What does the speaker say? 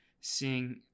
seeing